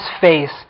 face